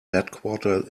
headquarter